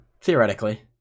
theoretically